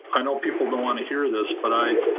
i know people don't wanna hear this, but i